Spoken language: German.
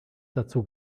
dazu